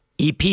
EP